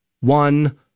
one